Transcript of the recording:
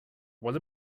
what